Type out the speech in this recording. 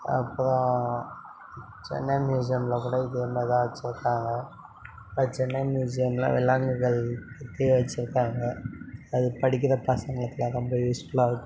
அப்புறம் சென்னை மியூசியமில் கூட இதே மாரி தான் வச்சுருக்காங்க சென்னை மியூசியமில் விலங்குகள் பற்றி வச்சுருக்காங்க அது படிக்கிற பசங்களுக்கெலாம் ரொம்ப யூஸ்ஃபுல்லாக இருக்கும்